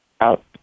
out